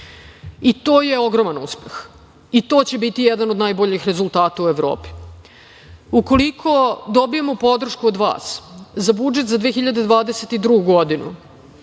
I to je ogroman uspeh, i to će biti jedan od najboljih rezultata u Evropi. Ukoliko dobijemo podršku od vas za budžet za 2022. godinu,